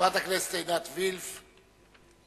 חברת הכנסת עינת וילף, בבקשה.